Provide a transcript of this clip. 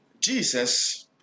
Jesus